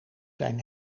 zijn